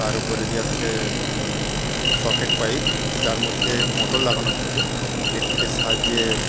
তার ওপরে দেওয়া থাকে সকেট পাইপ যার মধ্যে মোটর লাগানো থাকে ইলেকট্রিকের সাহায্যে